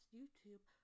YouTube